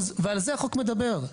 ועל זה החוק מדבר,